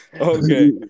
Okay